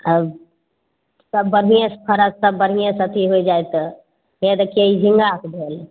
आ सब बढ़िएँ से फड़त सब बढ़िएँ से अथी होए जाए तऽ हे देखियै ई झिङ्गाके भेल